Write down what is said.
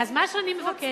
אז מה שאני מבקשת,